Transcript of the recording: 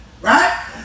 Right